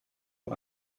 nur